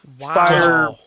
fire